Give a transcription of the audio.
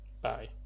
Bye